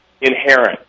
inherent